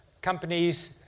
companies